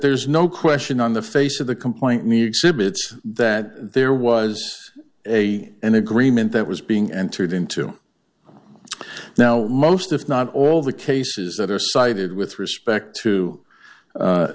there's no question on the face of the complaint me exhibits that there was a an agreement that was being entered into now most if not all the cases that are cited with respect to